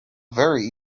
very